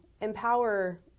empower